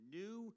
new